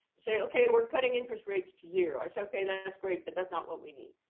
say, ok, we're cutting interest rates to zero. ah so ok, that's that's great, but that's not what we need.